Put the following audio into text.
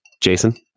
Jason